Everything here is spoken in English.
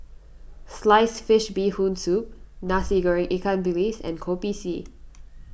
Sliced Fish Bee Hoon Soup Nasi Goreng Ikan Bilis and Kopi C